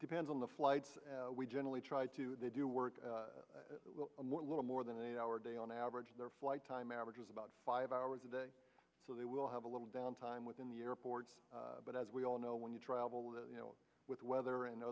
depends on the flights we generally try to they do work a little more than eight hour day on average their flight time averages about five hours a day so they will have a little downtime within the airport as we all know when you travel you know with weather and othe